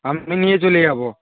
আমি নিয়ে চলে যাব